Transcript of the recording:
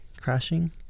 crashing